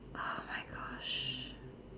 !oh-my-gosh!